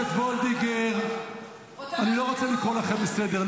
זמנו של הדובר הסתיים ואני רוצה לתת לו לסיים את דבריו.